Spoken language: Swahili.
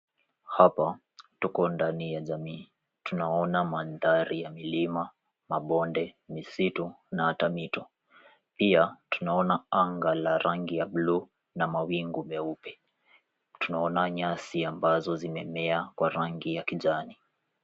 Hapa tuko ndani ya jamii. Tunaona mandhari ya milima, mabonde, misitu na hata mito. Pia tunaona anga la rangi ya bluu na mawingu meupe. Tunaona nyasi ambazo zimemea kwa rangi ya kijani.